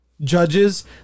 judges